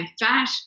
fat